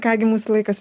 ką gi mūsų laikas